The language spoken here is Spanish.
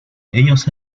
ellos